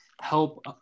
help